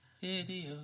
video